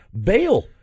bail